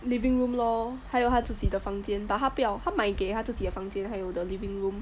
living room lor 还有他自己的房间 but 他不要他买给他自己房间还有 the living room